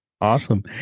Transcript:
Awesome